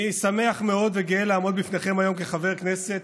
אני שמח מאוד וגאה לעמוד בפניכם היום כחבר הכנסת,